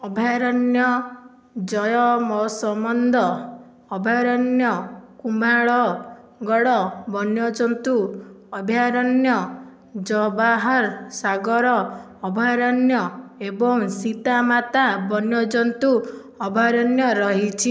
ଅଭୟାରଣ୍ୟ ଜୟମସମନ୍ଦ ଅଭୟାରଣ୍ୟ କୁମ୍ଭାଳଗଡ଼ ବନ୍ୟଜନ୍ତୁ ଅଭୟାରଣ୍ୟ ଜବାହାର ସାଗର ଅଭୟାରଣ୍ୟ ଏବଂ ସୀତାମାତା ବନ୍ୟଜନ୍ତୁ ଅଭୟାରଣ୍ୟ ରହିଛି